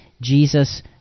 Jesus